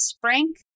Frank